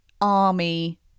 army